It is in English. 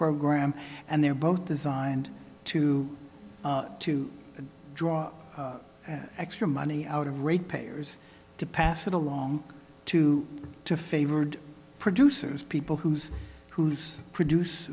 program and they're both designed to to draw that extra money out of rate payers to pass it along to to favored producers people whose whose produce